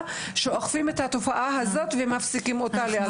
שאוכפים את התופעה הזו ומפסיקים אותה לאלתר.